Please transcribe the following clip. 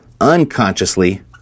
unconsciously